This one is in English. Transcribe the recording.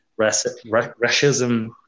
racism